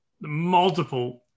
multiple